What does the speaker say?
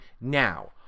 Now